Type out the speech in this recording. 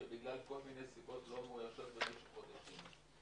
שבגלל כל מיני סיבות לא מאוישות במשך חודשים.